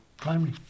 Primary